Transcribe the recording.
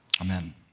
Amen